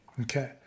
Okay